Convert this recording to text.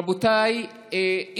רבותיי,